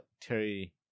Terry